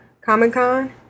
Comic-Con